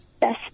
Best